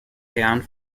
herren